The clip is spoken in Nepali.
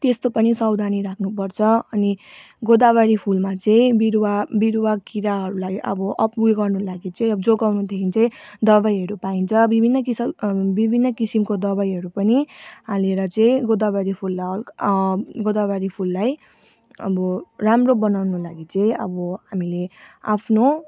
त्यस्तो पनि सावधानी राख्नु पर्छ अनि गदावारी फुलमा चाहिँ बिरुवा बिरुवा किराहरूलाई अब अब उयो गर्नु लागि चाहिँ अब जोगाउनुदेखि चाहिँ दबाइहरू पाइन्छ विभिन्न किसिल विभिन्न किसिमको दबाइहरू पनि हालेर चाहिँ गदावरी फुललाई हल्का गदावारी फुललाई अब राम्रो बनाउनु लागि चाहिँ अब हामीले आफ्नो